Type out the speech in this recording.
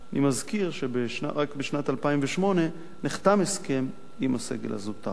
אני מזכיר שרק בשנת 2008 נחתם הסכם עם הסגל הזוטר.